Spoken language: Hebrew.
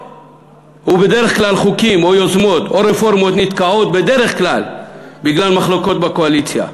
בדרך כלל חוקים או יוזמות או רפורמות נתקעים בגלל מחלוקות בקואליציה.